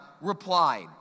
replied